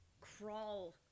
crawl